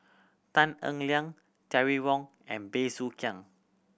Tan Eng Liang Terry Wong and Bey Soo Khiang